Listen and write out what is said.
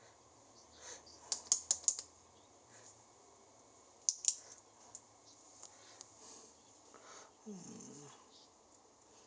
mm